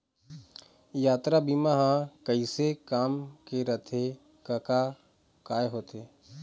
यातरा बीमा ह कइसे काम के रथे कका काय होथे?